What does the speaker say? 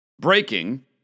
breaking